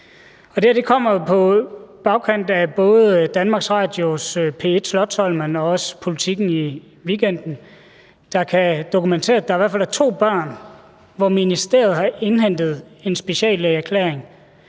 Det her kommer jo på bagkant af både Danmarks Radios P1's »Slotsholmen« og også Politiken i weekenden, der kan dokumentere, at der i hvert fald er to børn, hvor ministeriet har indhentet en speciallægeerklæring,